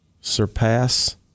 surpass